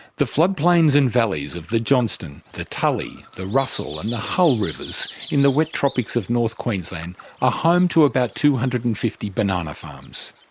the floodplains and valleys of the johnstone, the tully, the russell and the hull rivers in the wet tropics of north queensland are ah home to about two hundred and fifty banana farms.